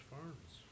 Farms